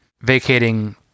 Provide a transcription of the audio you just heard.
vacating